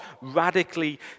radically